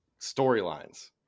Storylines